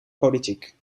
politiek